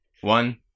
one